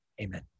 Amen